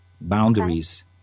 Boundaries